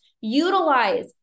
utilize